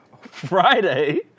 Friday